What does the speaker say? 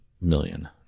million